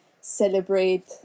celebrate